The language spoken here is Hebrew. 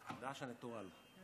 כן.